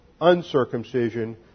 uncircumcision